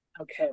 Okay